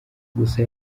gusa